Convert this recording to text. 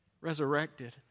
resurrected